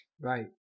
Right